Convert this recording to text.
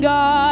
God